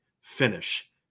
Finish